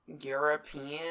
European